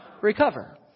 recover